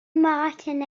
martin